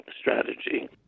strategy